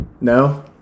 No